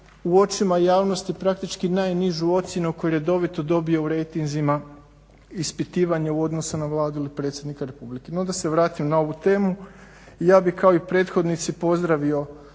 u očima javnosti praktički najnižu ocjenu koju redoviti dobije u rejtinzima ispitivanja u odnosu na Vladu ili predsjednika Republike. No da se vratim na ovu temu, ja bih kao i prethodnici pozdravio